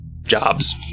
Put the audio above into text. jobs